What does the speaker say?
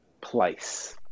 place